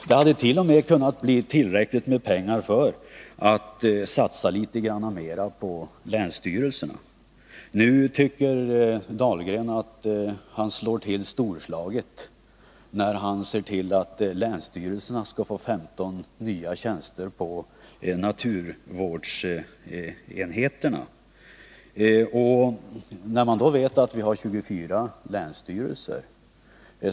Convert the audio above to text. Det hade t.o.m. kunnat bli tillräckligt med pengar för att satsa litet mer på länsstyrelserna. Anders Dahlgren tycker att han är storslagen när han ger länsstyrelserna 15 nya tjänster på naturvårdsenheterna. Vi har 24 länsstyrelser.